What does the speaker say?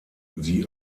sie